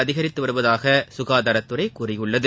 அதிகரித்து வருவதாக சுகாதாரத்துறை கூறியுள்ளது